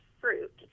fruit